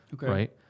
right